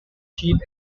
chief